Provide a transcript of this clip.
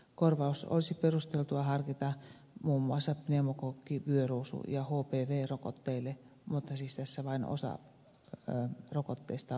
korvaus olisi perusteltua harkita muun muassa pneumokokki vyöruusu ja hpv rokotteille mutta siis tässä vain osa rokotteista on mainittu